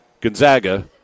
Gonzaga